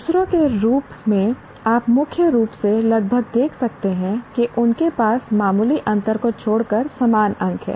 दूसरों के रूप में आप मुख्य रूप से लगभग देख सकते हैं कि उनके पास मामूली अंतर को छोड़कर समान अंक हैं